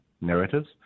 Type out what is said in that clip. narratives